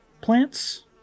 plants